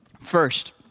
First